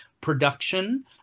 production